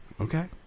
Okay